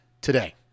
today